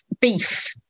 beef